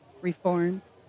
reforms